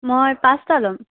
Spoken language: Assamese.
মই পাঁচটা ল'ম